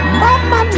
mama